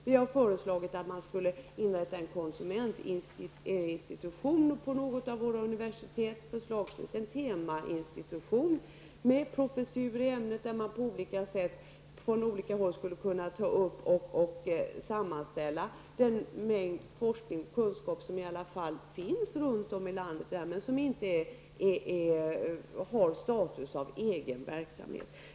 Vi har föreslagit att man skulle inrätta en konsumentinstitution vid något av våra universitet, förslagsvis en temainstitution med proffessur i ämnet. Där skulle man från olika håll kunna ta upp och sammanställa den mängd forskning och kunskap som i alla fall finns runt om i landet, men som inte har status av egen verksamhet.